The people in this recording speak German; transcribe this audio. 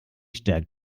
stärkt